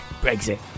Brexit